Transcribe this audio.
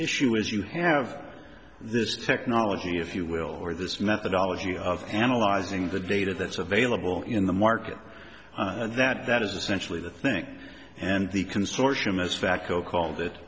issue is you have this technology if you will or this methodology of analyzing the data that's available in the market that is essentially the think and the consortium as fact go call that